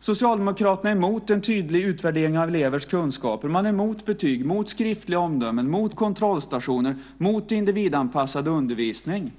Socialdemokraterna är mot en tydlig utvärdering av elevers kunskaper. Man är mot betyg, mot skriftliga omdömen, mot kontrollstationer, mot individanpassad undervisning.